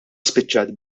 spiċċat